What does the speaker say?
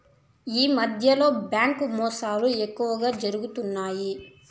ఈ మధ్యకాలంలో బ్యాంకు మోసాలు ఎక్కువగా జరుగుతున్నాయి